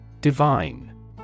Divine